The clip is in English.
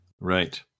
Right